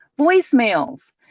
voicemails